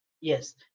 yes